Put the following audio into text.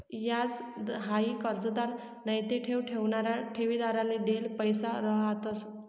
याज हाई कर्जदार नैते ठेव ठेवणारा ठेवीदारले देल पैसा रहातंस